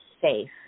safe